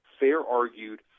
fair-argued